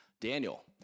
Daniel